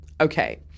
Okay